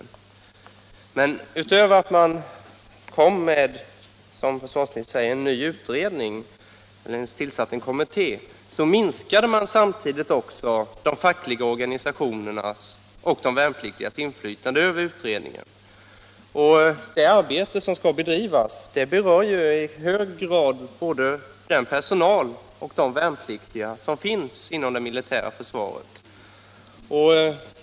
I samband med att den kommitté, som försvarsministern hänvisar till, tillsattes minskade man samtidigt de fackliga organisationernas och de värnpliktigas inflytande över det utredningsarbete som denna kommitté skall genomföra. Detta arbete berör emellertid i hög grad både den personal och de värnpliktiga som finns inom det militära försvaret.